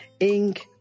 Inc